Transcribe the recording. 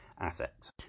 Asset